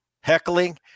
heckling